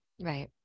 right